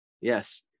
Yes